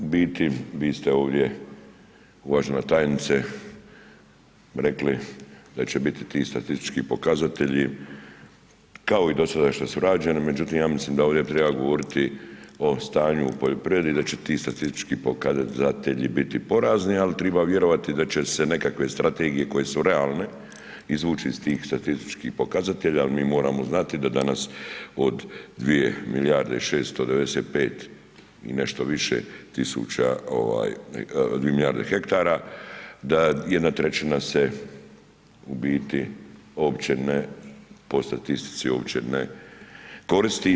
U biti vi ste ovdje, uvažena tajnice rekli da će biti ti statistički pokazatelji kao i dosadašnja su rađena, međutim ja mislim da ovdje treba govoriti o stanju u poljoprivredi, da će ti statistički pokazatelji biti porazni, ali treba vjerovati da će se nekakve strategije koje su realne, izvući iz tih statističkih pokazatelja, ali mi moramo znati da danas od 2 milijarde 695 i nešto više tisuća, dvije milijarde hektara, da jedna trećina se u biti uopće ne, po statistici uopće ne koristi.